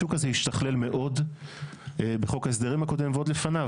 השוק הזה השתכלל מאוד בחוק ההסדרים הקודם ועוד לפניו,